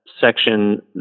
section